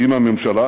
עם הממשלה,